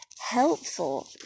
helpful